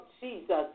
Jesus